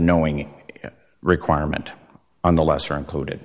knowing requirement on the lesser included